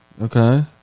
Okay